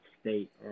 state